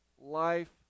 life